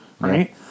Right